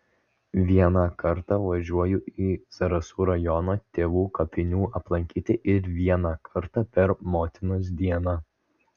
vieną kartą važiuoju į zarasų rajoną tėvų kapų aplankyti ir vieną kartą per motinos dieną